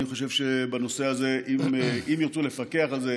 אני חושב שבנושא הזה, אם ירצו לפקח על זה,